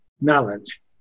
knowledge